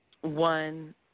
one